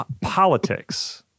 politics